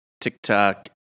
TikTok